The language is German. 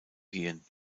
gehen